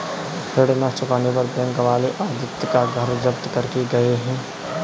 ऋण ना चुकाने पर बैंक वाले आदित्य का घर जब्त करके गए हैं